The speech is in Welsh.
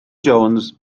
jones